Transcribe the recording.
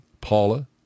Paula